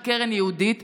של קרן ייעודית,